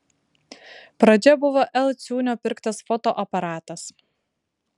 pradžia buvo l ciūnio pirktas fotoaparatas